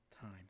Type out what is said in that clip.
time